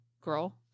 girl